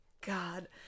God